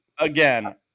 Again